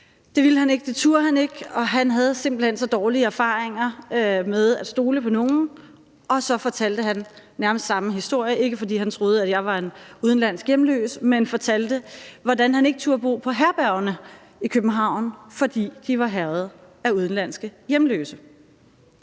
Det ville han ikke, det turde han ikke, og han havde simpelt hen så dårlige erfaringer med at stole på nogen, og så fortalte han nærmest samme historie, ikke fordi han troede, jeg var en udenlandsk hjemløs, men han fortalte, at han ikke turde bo på herbergerne i København, fordi de var hærget af udenlandske hjemløse.